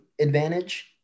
advantage